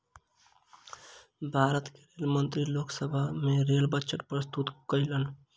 भारत के रेल मंत्री लोक सभा में रेल बजट प्रस्तुत कयलैन